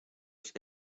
its